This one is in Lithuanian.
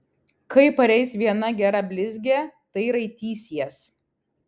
kai pareis viena gera blizgė tai raitysies